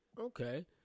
Okay